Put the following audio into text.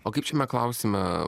o kaip šiame klausime